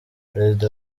perezida